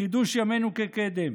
חידוש ימינו כקדם.